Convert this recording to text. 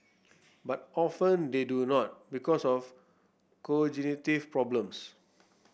but often they do not because of problems